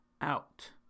out